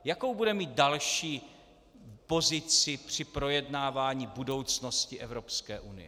Jakou bude mít další pozici při projednávání budoucnosti Evropské unie?